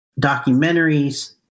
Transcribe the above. documentaries